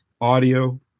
audio